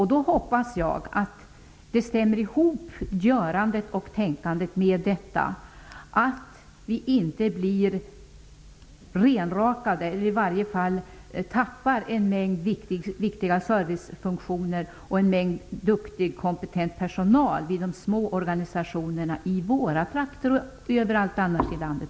Jag hoppas att görandet och tänkandet inte leder till att vi blir renrakade eller tappar en mängd viktiga servicefunktioner och duktig, kompetent personal vid de små organisationerna, i våra trakter och överallt annars i landet.